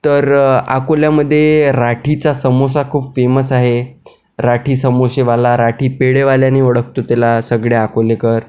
तर अकोल्यामध्ये राठीचा समोसा खूप फेमस आहे राठी समोसेवाला राठी पेढेवाल्यानी ओळखतो त्याला सगळे अकोलेकर